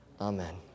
amen